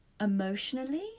emotionally